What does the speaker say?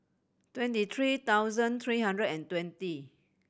twenty three thousand three hundred and twenty